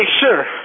sure